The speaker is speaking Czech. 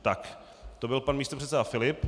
Tak to byl pan místopředseda Filip.